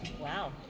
Wow